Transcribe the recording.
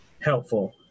helpful